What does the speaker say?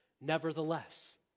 Nevertheless